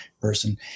person